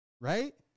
right